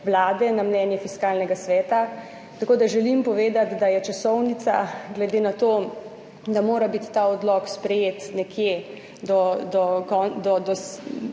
16.35** (nadaljevanje) Tako da želim povedati, da je časovnica, glede na to, da mora biti ta odlok sprejet nekje do